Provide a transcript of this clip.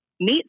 meet